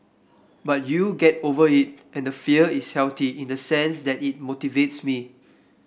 but you get over it and the fear is healthy in the sense that it motivates me